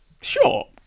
Sure